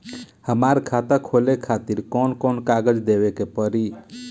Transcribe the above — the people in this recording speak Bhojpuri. हमार खाता खोले खातिर कौन कौन कागज देवे के पड़ी?